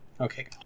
Okay